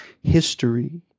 history